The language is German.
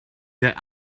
der